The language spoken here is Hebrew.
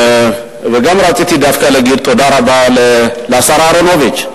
וגם רציתי דווקא להגיד תודה רבה לשר אהרונוביץ.